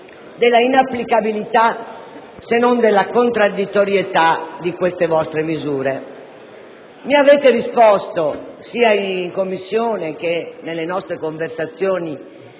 l'inapplicabilità, se non la contraddittorietà, di queste vostre misure. Sia in Commissione che nelle nostre conversazioni